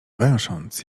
węsząc